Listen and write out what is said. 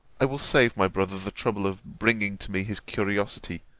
i will save my brother the trouble of bringing to me his curiosity,